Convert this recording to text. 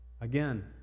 Again